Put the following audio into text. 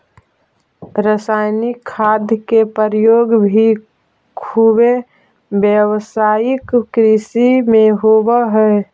रसायनिक खाद के प्रयोग भी खुबे व्यावसायिक कृषि में होवऽ हई